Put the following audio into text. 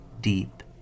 deep